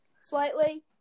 slightly